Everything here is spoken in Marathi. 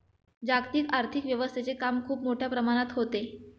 जागतिक आर्थिक व्यवस्थेचे काम खूप मोठ्या प्रमाणात होते